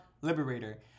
Liberator